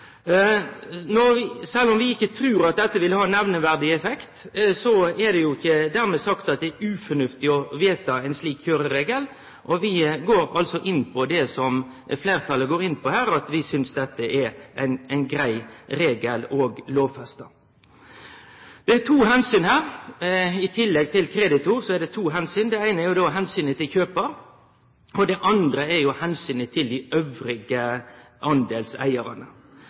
om vi ikkje trur at dette vil ha nemneverdig effekt, er det jo ikkje dermed sagt at det er ufornuftig å vedta ein slik kjøreregel, og vi går altså inn for det som fleirtalet går inn for her – vi synest dette er ein grei regel å lovfeste. Det er to omsyn her, i tillegg til kreditor. Det eine er omsynet til kjøparen, og det andre er jo omsynet til dei andre deleigarane. Når det gjeld omsynet til kjøparen, meiner vi at det i utgangspunktet er